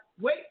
wait